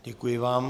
Děkuji vám.